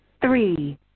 three